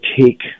take